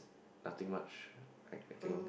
nothing much I I think